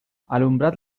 alumbrad